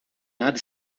nada